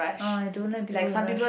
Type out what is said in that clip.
ah I don't like people to rush